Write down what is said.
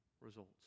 results